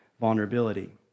vulnerability